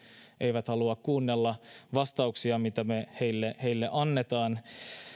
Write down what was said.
eivät halua kuunnella vastauksia mitä me heille heille annamme